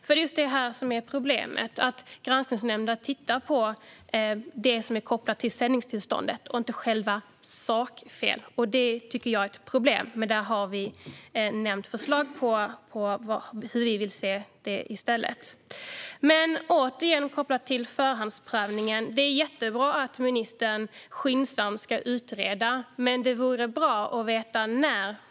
Det är just det här som är problemet: Granskningsnämnden tittar på det som är kopplat till sändningstillståndet och inte sakfel. Det tycker jag är ett problem, och där har vi nämnt förslag på hur vi vill att det ska se ut i stället. Det är jättebra att ministern skyndsamt ska utreda förhandsprövningen.